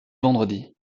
vendredis